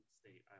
State